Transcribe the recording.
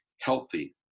healthy